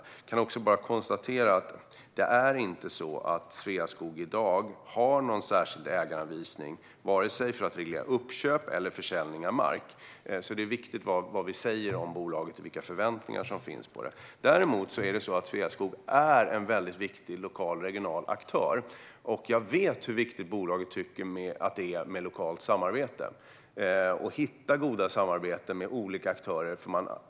Jag kan också bara konstatera att Sveaskog i dag inte har någon särskild ägaranvisning för att reglera uppköp eller försäljning av mark. Det är viktigt vad vi säger om bolaget och vilka förväntningar som finns på det. Däremot är Sveaskog en mycket viktig regional och lokal aktör. Jag vet hur viktigt bolaget tycker att det är med lokalt samarbete och att hitta goda samarbeten med olika aktörer.